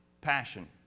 Passion